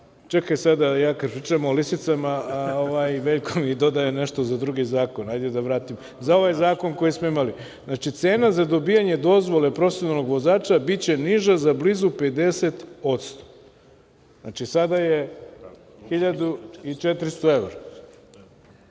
sada ja kada pričam o lisicama, Veljko mi dodaje nešto za drugi zakon hajde da vratim, za ovaj zakon koji smo imali. Znači, cena za dobijanje dozvole za profesionalnog vozača biće niža za blizu 50%. Znači, sada je 1400 evra,